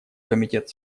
комитет